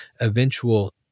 eventual